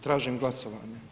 Tražim glasovanje.